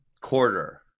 quarter